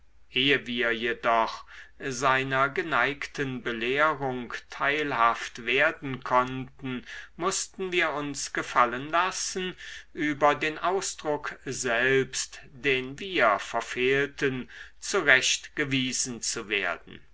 ehe wir jedoch seiner geneigten belehrung teilhaft werden konnten mußten wir uns gefallen lassen über den ausdruck selbst den wir verfehlten zurecht gewiesen zu werden